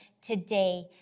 today